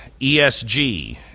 ESG